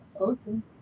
Okay